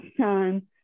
time